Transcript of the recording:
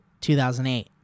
2008